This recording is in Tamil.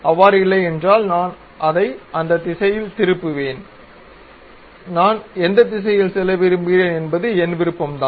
அவ்வாறு இல்லையென்றால் நான் அதை அந்த திசையில் திருப்புவேன் நான் எந்த திசையில் செல்ல விரும்புகிறேன் என்பது என் விருப்பம் தான்